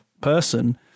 person